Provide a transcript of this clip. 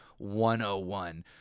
101